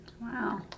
Wow